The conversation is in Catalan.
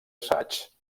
assaigs